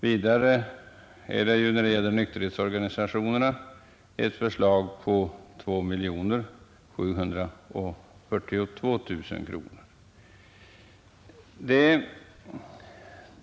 Vidare föreslås för nykterhetsorganisationerna 2 742 000 kronor.